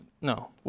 No